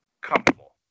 comfortable